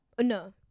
No